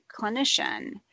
clinician